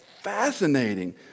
fascinating